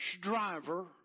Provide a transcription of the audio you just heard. driver